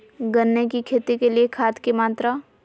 गन्ने की खेती के लिए खाद की मात्रा?